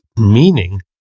meaning